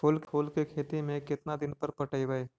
फूल के खेती में केतना दिन पर पटइबै?